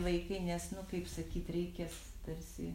laikai nes nu kaip sakyti reikės tarsi